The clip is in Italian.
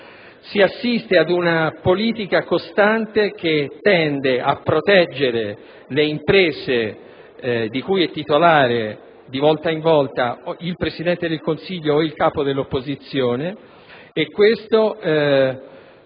costantemente ad una politica che tende a proteggere le imprese di cui è titolare, di volta in volta, il Presidente del Consiglio o il capo dell'opposizione senza